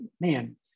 man